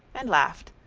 and laughed,